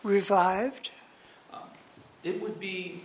revived it would be